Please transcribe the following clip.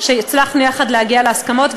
הצלחנו יחד להגיע להסכמות,